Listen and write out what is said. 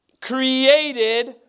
created